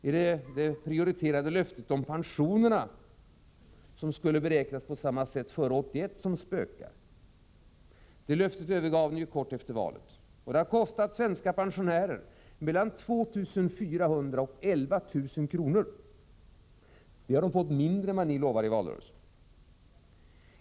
Är det det prioriterade löftet att pensionerna skulle beräknas på samma sätt som före 1981 som spökar? Det löftet övergav ni ju kort efter valet. Det har inneburit att svenska pensionärer fått mellan 2 400 och 11 000 kr. mindre än vad ni lovade i valrörelsen.